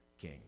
king